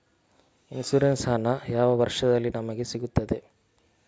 Insurance ಹಣ ಯಾವ ವರ್ಷದಲ್ಲಿ ನಮಗೆ ಸಿಗುತ್ತದೆ?